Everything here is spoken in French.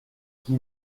qui